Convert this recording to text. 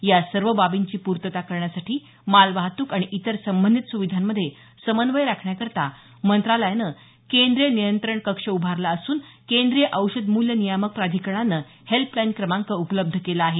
या सर्व बाबींची पूर्तता करण्यासाठी मालवाहतूक आणि इतर संबंधित स्विधांमध्ये समन्वय राखण्याकरता मंत्रालयानं केंद्रीय नियंत्रण कक्ष उभारला असून केंद्रीय औषध मूल्य नियामक प्राधिकरणानं हेल्पलाईन क्रमांक उपलब्ध केला आहे